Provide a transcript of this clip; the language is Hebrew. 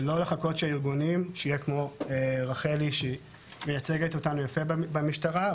ולא לחכות שהארגונים שיהיה כמו רחלי שהיא מייצגת אותנו יפה במשטרה,